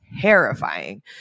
terrifying